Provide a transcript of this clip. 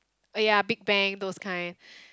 oh ya Big-Bang those kind